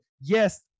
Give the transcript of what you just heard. yes